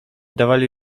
dawali